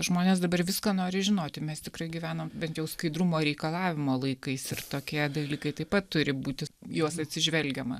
žmonės dabar viską nori žinoti mes tikrai gyvenam bent jau skaidrumo reikalavimo laikais ir tokie dalykai taip pat turi būti juos atsižvelgiama